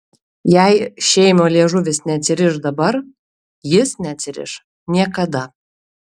jei šėmio liežuvis neatsiriš dabar jis neatsiriš niekada